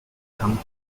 come